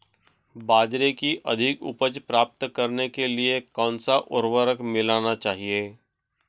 बाजरे की अधिक उपज प्राप्त करने के लिए कौनसा उर्वरक मिलाना चाहिए?